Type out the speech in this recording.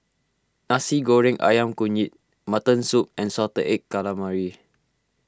Nasi Goreng Ayam Kunyit Mutton Soup and Salted Egg Calamari